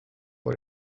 vor